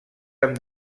amb